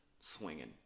swinging